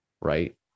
right